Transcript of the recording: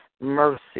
mercy